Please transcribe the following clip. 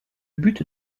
but